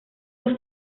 los